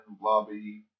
lobby